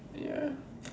ya